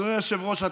אדוני היושב-ראש,